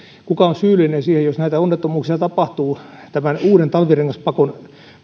kuka on syyllinen siihen jos näitä onnettomuuksia tapahtuu tämän uuden talvirengaspakon